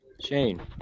Shane